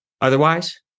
Otherwise